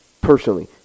personally